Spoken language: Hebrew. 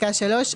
בפסקה 3,